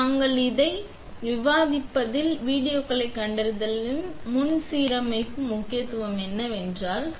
எனவே அடுத்த குறிப்பிட்ட தொகுதிகளில் நாம் விவாதிப்பதில் என்ன விவாதிக்கப்படும் வீடியோக்களைக் கண்டறிந்ததால் முன் சீரமைப்புக்கு முன்னால் முக்கியத்துவம் என்னவென்றால்